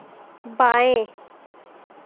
बाएं